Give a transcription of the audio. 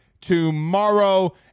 tomorrow